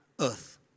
earth